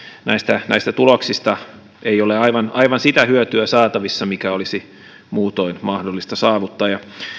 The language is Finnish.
näistä näistä tuloksista ei ole aivan aivan sitä hyötyä saatavissa mikä olisi muutoin mahdollista saavuttaa